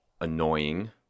annoying